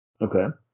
Okay